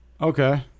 Okay